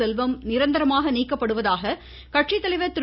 செல்வம் நிரந்தரமாக நீக்கப்படுவதாக கட்சித்தலைவா் திரு